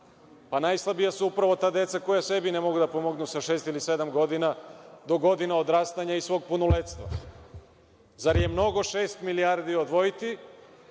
a najslabija su upravo ta deca sebi ne mogu da pomognu sa šest ili sedam godina, do godina odrastanja i svog punoletstva. Zar je mnogo šest milijardi odvojiti,